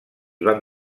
van